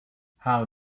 how